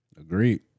Agreed